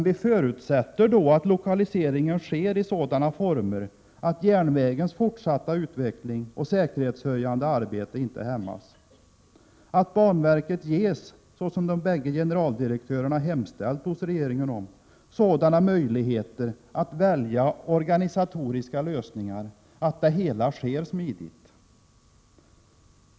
Vi förutsätter då att lokaliseringen sker i sådana former att järnvägens fortsatta utveckling och säkerhetshöjan de arbete inte hämmas och att banverket ges, såsom de bägge generaldirektö rerna hemställt hos regeringen om, möjligheter att välja sådana organisato riska lösningar att det hela sker smidigt.